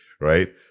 right